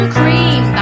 cream